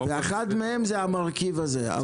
אחד מהדברים זה המרכיב הזה.